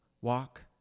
walk